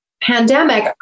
pandemic